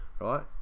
right